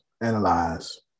analyze